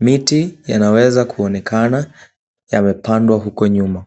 miti yanaweza kuonekana, yamepandwa huko nyuma.